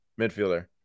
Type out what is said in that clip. midfielder